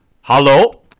Hello